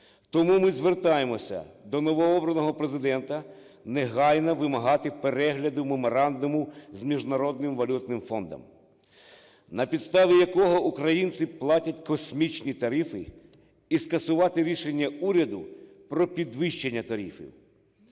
Тому ми звертаємося до новообраного Президента негайно вимагати перегляду меморандуму з Міжнародним валютним фондом, на підставі якого українці платять космічні тарифи, і скасувати рішення уряду про підвищення тарифів.